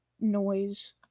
noise